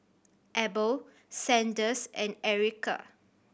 Abel Sanders and Ericka